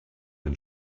and